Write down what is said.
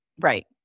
Right